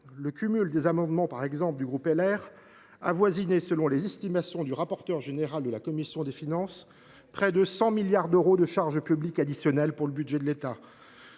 le cumul des amendements du groupe LR avoisinait, selon les estimations du rapporteur général de la commission des finances, près de 100 milliards d’euros de charges publiques additionnelles pour le budget de l’État